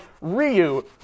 ryu